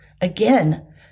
Again